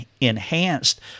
enhanced